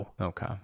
Okay